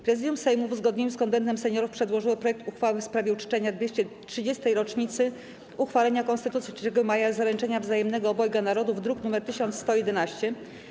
Prezydium Sejmu, w uzgodnieniu z Konwentem Seniorów, przedłożyło projekt uchwały w sprawie uczczenia 230. rocznicy uchwalenia Konstytucji 3 Maja i Zaręczenia Wzajemnego Obojga Narodów, druk nr 1111.